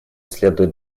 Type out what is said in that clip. следует